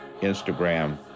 Instagram